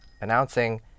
announcing